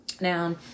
now